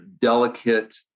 delicate